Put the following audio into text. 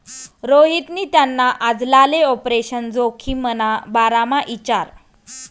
रोहितनी त्याना आजलाले आपरेशन जोखिमना बारामा इचारं